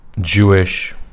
Jewish